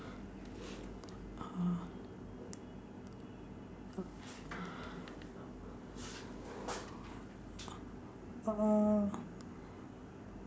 uh